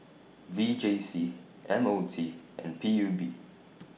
V J C M O T and P U B